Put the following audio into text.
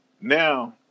Now